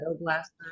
blaster